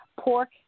pork